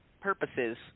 purposes